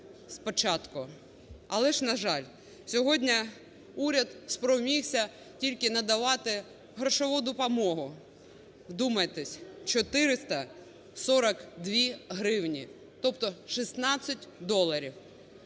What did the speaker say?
спочатку. Але ж, на жаль, сьогодні уряд спромігся тільки надавати грошову допомогу, вдумайтесь, 442 гривні, тобто 16 доларів.